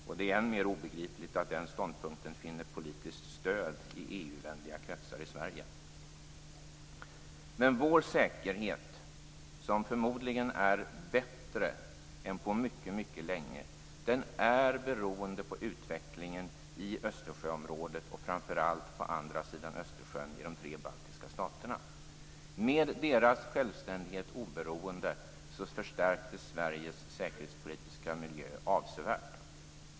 Och det är än mer obegripligt att den ståndpunkten finner politiskt stöd i EU-vänliga kretsar i Sverige. Vår säkerhet, som förmodligen är bättre än på mycket, mycket länge, är beroende av utvecklingen i Östersjöområdet, framför allt på andra sidan Östersjön i de tre baltiska staterna. Med deras självständighet och oberoende förstärktes Sveriges säkerhetspolitiska miljö avsevärt.